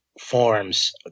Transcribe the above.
forms